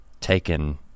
taken